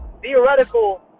theoretical